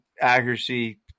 accuracy